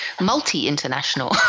multi-international